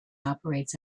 operates